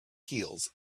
heels